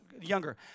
younger